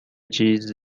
چیز